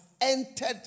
entered